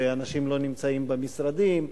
ואנשים לא נמצאים במשרדים,